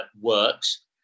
works